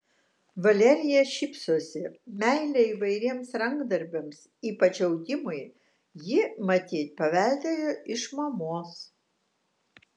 valerija šypsosi meilę įvairiems rankdarbiams ypač audimui ji matyt paveldėjo iš mamos